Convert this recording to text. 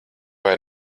vai